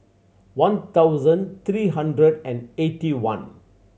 one thousand three hundred and eighty one